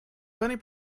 bunny